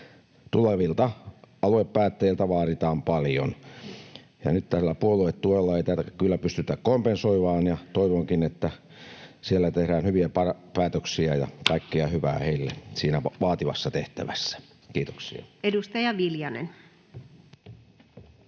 Tulevilta aluepäättäjiltä vaaditaan paljon, ja nyt tällä puoluetuella ei tätä kyllä pystytä kompensoimaan. Toivonkin, että siellä tehdään hyviä päätöksiä. Kaikkea hyvää heille siinä vaativassa tehtävässä. — Kiitoksia.